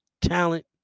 talent